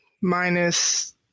Minus